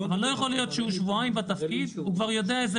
אבל לא יכול להיות שאחרי שבועיים בתפקיד הוא כבר יודע איזו